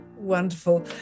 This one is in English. wonderful